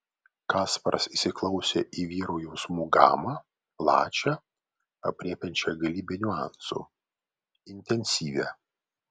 kasparas įsiklausė į vyro jausmų gamą plačią aprėpiančią galybę niuansų intensyvią